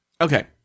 okay